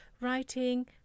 writing